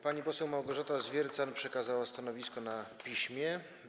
Pani poseł Małgorzata Zwiercan przekazała stanowisko na piśmie.